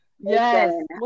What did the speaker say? Yes